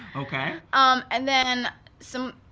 okay um and then some,